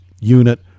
unit